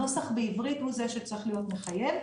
הנוסח בעברית הוא זה שצריך להיות מחייב.